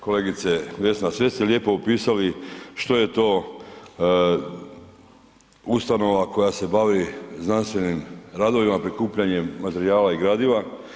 Kolegice Vesna, sve ste lijepo opisali što je to ustanova koja se bavi znanstvenim radovima, prikupljanjem materijala i gradova.